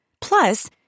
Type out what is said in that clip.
Plus